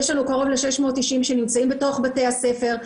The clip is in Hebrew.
יש לנו קרוב לשש מאות תשעים שנמצאים בתוך בתי הספר.